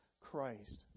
Christ